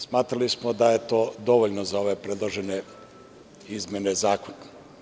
Smatrali smo da je to dovoljno za ove predložene izmene zakona.